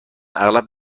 اغلب